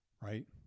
right